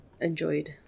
enjoyed